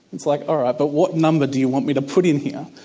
like all right, but what number do you want me to put in here?